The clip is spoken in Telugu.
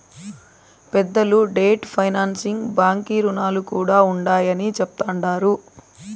పెద్దలు డెట్ ఫైనాన్సింగ్ బాంకీ రుణాలు కూడా ఉండాయని చెప్తండారు